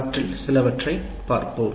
அவற்றில் சிலவற்றை பார்த்தோம்